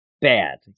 bad